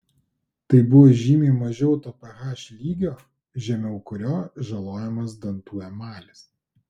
tai buvo žymiai mažiau to ph lygio žemiau kurio žalojamas dantų emalis